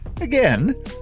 again